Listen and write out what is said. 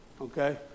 okay